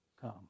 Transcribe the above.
come